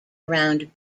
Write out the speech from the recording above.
around